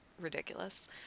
ridiculous